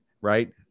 right